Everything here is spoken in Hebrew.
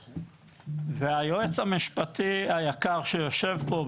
והיועץ המשפטי היקר שיושב פה,